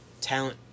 talent